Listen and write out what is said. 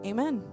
Amen